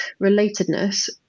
relatedness